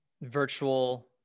virtual